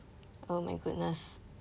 oh my goodness